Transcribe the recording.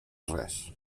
res